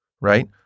right